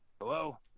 Hello